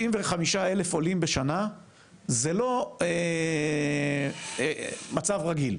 75,000 עולים בשנה זה לא מצב רגיל,